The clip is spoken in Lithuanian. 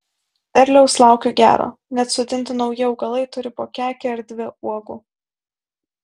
derliaus laukiu gero net sodinti nauji augalai turi po kekę ar dvi uogų